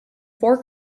four